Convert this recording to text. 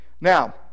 Now